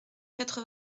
quatre